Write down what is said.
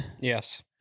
Yes